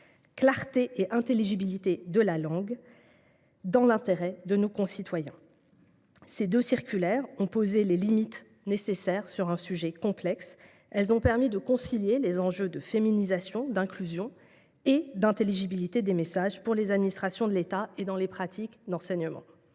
clarté et intelligibilité de la langue dans l’intérêt de nos concitoyens. Ces deux circulaires ont posé les limites nécessaires sur un sujet complexe. Elles ont permis de concilier les enjeux de féminisation, d’inclusion et d’intelligibilité des messages pour les administrations de l’État et dans les pratiques d’enseignement.